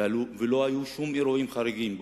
ובאותו היום ולמחרת לא היו שום אירועים חריגים.